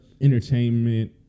entertainment